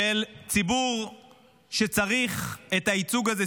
של ציבור שצריך את הייצוג הזה,